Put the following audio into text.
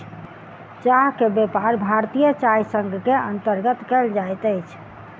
चाह के व्यापार भारतीय चाय संग के अंतर्गत कयल जाइत अछि